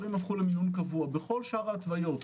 בכל שאר ההתוויות,